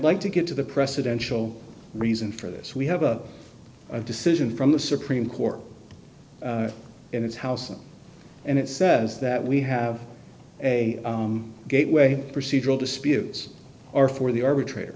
like to get to the presidential reason for this we have a decision from the supreme court in its house and it says that we have a gateway procedural disputes or for the arbitrator